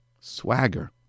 Swagger